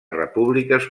repúbliques